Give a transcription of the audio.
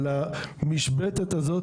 על המשבצת הזאת,